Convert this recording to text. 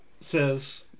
says